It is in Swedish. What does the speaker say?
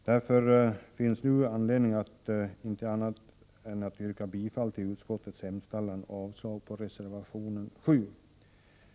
Därför finns det nu anledning att yrka bifall till utskottets hemställan på denna punkt och avslag på reservation nr 7. Herr talman! Jag vill i övrigt avslutningsvis yrka bifall till utskottets hemställan på samtliga punkter.